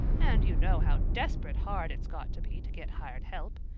and you know how desperate hard it's got to be to get hired help.